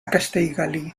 castellgalí